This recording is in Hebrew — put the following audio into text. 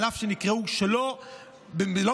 אף שנקראו לא במנוקד,